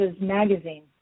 magazine